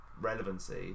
relevancy